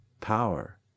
power